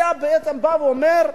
שמקבע ואומר: